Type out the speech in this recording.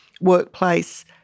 workplace